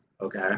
okay